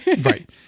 Right